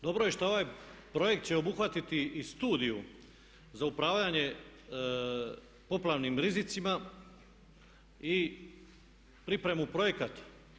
Dobro je što ovaj projekt će obuhvatiti i Studiju za upravljanje poplavnim rizicima i pripremu projekata.